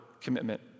commitment